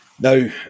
Now